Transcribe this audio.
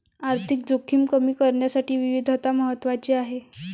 आर्थिक जोखीम कमी करण्यासाठी विविधता महत्वाची आहे